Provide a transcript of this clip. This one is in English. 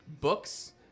books